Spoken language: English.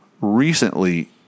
recently